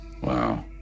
Wow